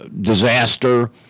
disaster